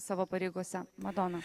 savo pareigose madona